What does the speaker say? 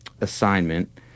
assignment